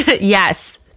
Yes